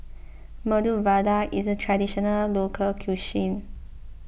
Medu Vada is a Traditional Local Cuisine